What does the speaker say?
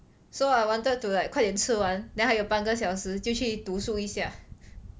so I wanted to like 快点吃完 then 还有半个小时就去读书一下